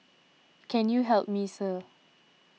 can you help me sir